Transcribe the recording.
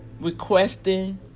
requesting